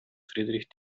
friedrich